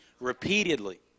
repeatedly